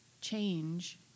change